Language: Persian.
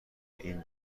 این